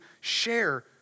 share